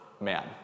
man